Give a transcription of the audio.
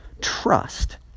trust